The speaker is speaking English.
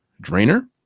drainer